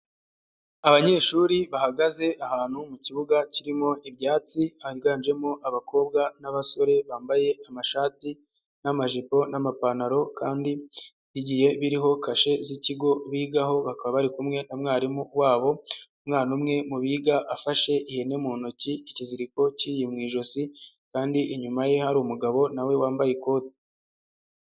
Abanyeshuri bahagaze ahantu mu kibuga kirimo ibyatsi, higanjemo abakobwa n'abasore bambaye amashati n'amajipo n'amapantaro kandi bigiye biriho kashe z'ikigo bigaho, bakaba bari kumwe na mwarimu wabo, umwana umwe mu biga afashe ihene mu ntoki, ikiziriko kiri mu ijosi kandi inyuma ye hari umugabo na we wambaye ikote.